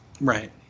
Right